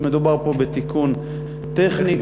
מדובר פה בתיקון טכני.